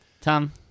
Tom